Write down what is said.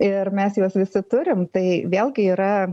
ir mes juos visi turim tai vėlgi yra